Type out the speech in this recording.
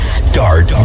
start